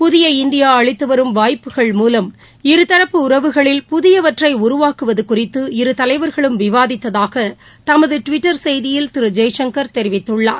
புதிய இந்தியா அளித்து வரும் வாய்ப்புகள் மூலம் இருதரப்பு உறவுகளில் புதியவற்றை உருவாக்குவது குறித்து இரு தலைவர்களும் விவாதித்ததாக தமது டுவிட்டர் செய்தியில் திரு ஜெய்சங்கர் தெரிவித்துள்ளார்